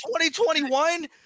2021